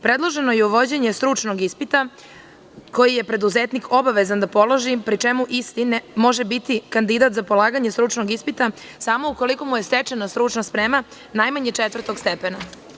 Predloženo je uvođenje stručnog ispita koji je preduzetnik obavezan da položi, pri čemu može biti kandidat za polaganje stručnog ispita samo ukoliko mu je stečena stručna sprema najmanje četvrtog stepena.